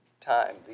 time